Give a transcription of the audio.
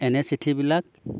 এনে চিঠিবিলাক